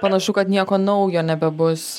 panašu kad nieko naujo nebebus